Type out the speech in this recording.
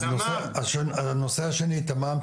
אז הנושא השני הוא תמ"מ,